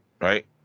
right